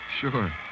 Sure